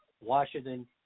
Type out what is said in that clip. Washington